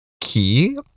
key